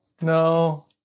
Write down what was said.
No